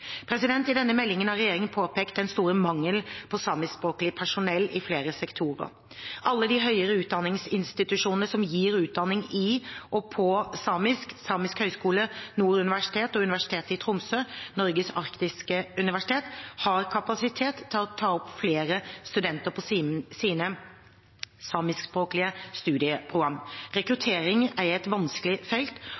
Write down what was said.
kr. I denne meldingen har regjeringen påpekt den store mangelen på samiskspråklig personell i flere sektorer. Alle de høyere utdanningsinstitusjonene som gir utdanning i og på samisk – Samisk høgskole, Nord universitet og Universitetet i Tromsø, Norges arktiske universitet – har kapasitet til å ta opp flere studenter på sine samiskspråklige studieprogram.